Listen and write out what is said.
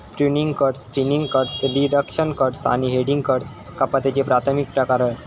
pruning cuts, thinning cuts, reduction cuts आणि heading cuts कपातीचे प्राथमिक प्रकार हत